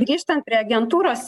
grįžtant prie agentūros